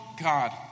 God